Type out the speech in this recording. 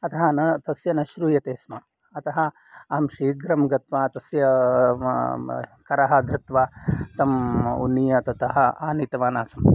अतः न तस्य न श्रूयते स्म अतः अहं शीघ्रं गत्वा तस्य करः धृत्वा तं उन्नीय ततः आनीतवान् आसम्